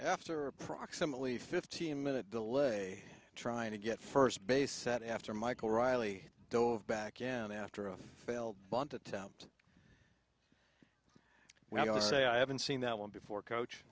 after approximately fifteen minute delay trying to get first base set after michael riley dove back in after a failed bunt attempt and i don't say i haven't seen that one before coach